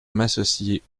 m’associer